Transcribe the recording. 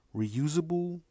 reusable